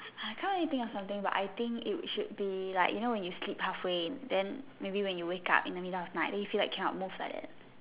I can't really think of something but I think it should be like when you sleep halfway then maybe when you wake up in the middle of night then you feel like cannot move like that